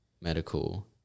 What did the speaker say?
medical